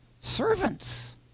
servants